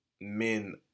men